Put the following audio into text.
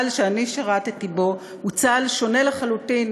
צה"ל שאני שירתי בו היה צה"ל שונה לחלוטין